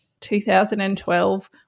2012